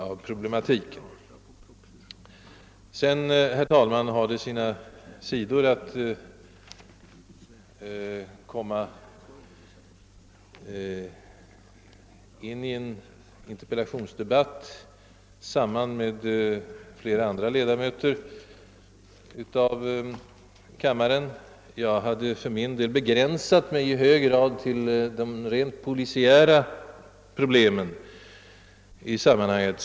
Det har, herr talman, sina sidor att komma in i en interpellationsdebatt tillsammans med flera andra interpellanter här i kammaren. Jag hade för min del noga begränsat mig till de rent polisiära problemen i sammanhanget.